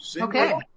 Okay